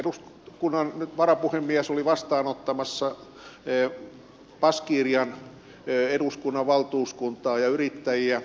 esimerkiksi eduskunnan varapuhemies oli vastaanottamassa baskirian eduskunnan valtuuskuntaa ja yrittäjiä